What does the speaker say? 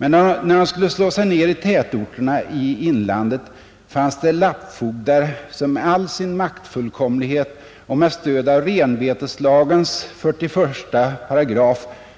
Men när de skulle slå sig ner i tätorterna i inlandet fanns det lappfogdar som med all sin maktfullkomlighet och med stöd av renbeteslagens 41 §